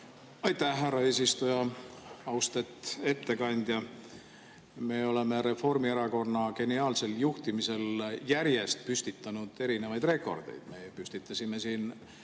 Aitäh, härra eesistuja! Austet ettekandja! Me oleme Reformierakonna geniaalsel juhtimisel järjest püstitanud erinevaid rekordeid. Me püstitasime siin